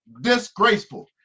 disgraceful